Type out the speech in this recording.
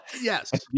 Yes